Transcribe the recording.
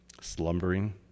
slumbering